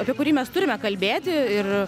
apie kurį mes turime kalbėti ir